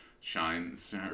shines